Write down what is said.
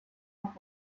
nach